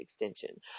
extension